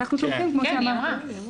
אנחנו תומכים, כמו שאמרתי.